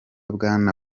bwana